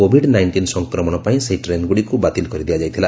covid nineteen ସଂକ୍ରମଣ ପାଇଁ ସେହି ଟ୍ରେନ୍ଗୁଡ଼ିକୁ ବାତିଲ କରିଦିଆଯାଇଥିଲା